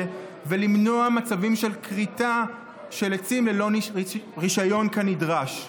ולמנוע מצבים של כריתה של עצים ללא רישיון כנדרש.